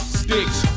sticks